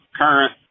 current